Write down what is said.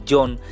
John